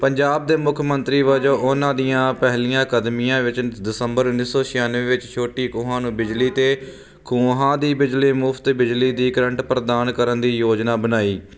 ਪੰਜਾਬ ਦੇ ਮੁੱਖ ਮੰਤਰੀ ਵਜੋਂ ਉਹਨਾਂ ਦੀਆਂ ਪਹਿਲੀਆਂ ਕਦਮੀਆਂ ਵਿੱਚ ਦਸੰਬਰ ਉੱਨੀ ਸੋ ਛਿਆਨਵੇਂ ਵਿੱਚ ਛੋਟੀ ਖੂਹਾਂ ਨੂੰ ਬਿਜਲੀ ਤੇ ਖੂਹਾਂ ਦੀ ਬਿਜਲੀ ਮੁਫਤ ਬਿਜਲੀ ਦੀ ਕਰੰਟ ਪ੍ਰਦਾਨ ਕਰਨ ਦੀ ਯੋਜਨਾ ਬਣਾਈ